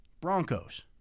Broncos